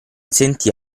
sentì